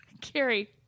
Carrie